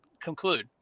conclude